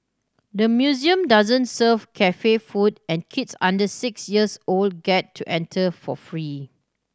the museum doesn't serve cafe food and kids under six years old get to enter for free